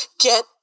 Get